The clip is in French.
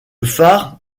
phare